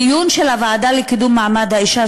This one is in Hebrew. בדיון של הוועדה לקידום מעמד האישה,